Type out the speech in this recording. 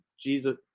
Jesus